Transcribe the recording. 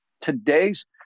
today's